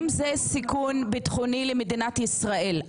אם זה סיכון ביטחוני למדינת ישראל,